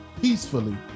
peacefully